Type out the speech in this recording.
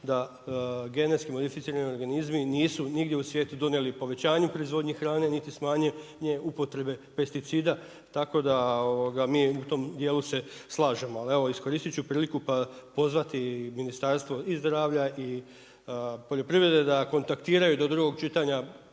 da genetski modificirani organizmi nisu nigdje u svijetu donijeli povećanju proizvodnji hrane, niti smanjili upotrebe pesticida. Tako da mi u tom dijelu se slažemo. Ali evo iskoristit ću priliku pa pozvati Ministarstvo i zdravlja i poljoprivrede da kontaktiraju do drugog čitanja